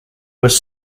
was